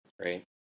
Right